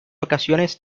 ocasiones